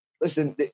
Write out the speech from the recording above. Listen